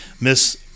Miss